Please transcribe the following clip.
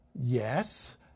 yes